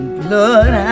blood